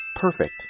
perfect